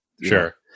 Sure